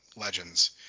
legends